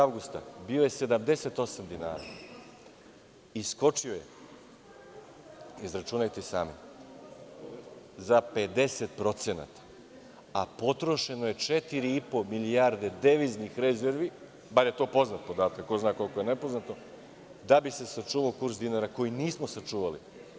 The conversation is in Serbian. Avgusta 2008. bio je 78 dinara i skočio je, izračunajte sami, za 50%, a potrošeno je 4,5 milijarde deviznih rezervi, bar je to poznat podatak, ko zna koliko je nepoznato, da bi se sačuvao kurs dinara, koji nismo sačuvali.